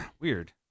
Weird